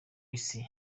isi